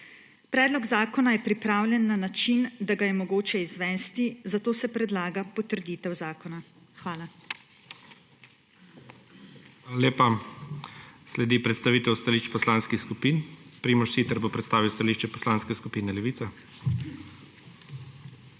Predlog zakona je pripravljen na način, da ga je mogoče izvesti, zato se predlaga potrditev zakona. Hvala. **PREDSEDNIK IGOR ZORČIČ:** Hvala lepa. Sledi predstavitev stališč poslanskih skupin. Primož Siter bo predstavil stališče Poslanske skupine Levica.